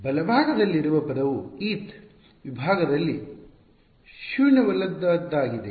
ಬಲಭಾಗದಲ್ಲಿರುವ ಪದವು eth ವಿಭಾಗದಲ್ಲಿ ಶೂನ್ಯವಲ್ಲದದ್ದಾಗಿದೆ